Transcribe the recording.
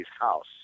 house